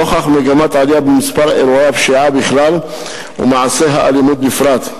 נוכח מגמת העלייה במספר אירועי הפשיעה בכלל ומעשי האלימות בפרט.